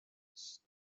نیست